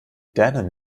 dänen